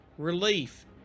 relief